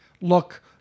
look